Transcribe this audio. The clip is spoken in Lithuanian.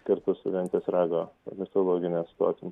kartu su ventės rago ornitologinę stotį